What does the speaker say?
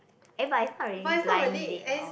eh but it's not really blind date or